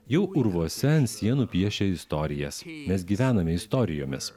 jau urvuose ant sienų piešė istorijas mes gyvename istorijomis